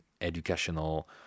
educational